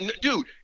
Dude